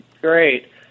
Great